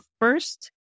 first